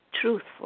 truthful